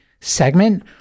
segment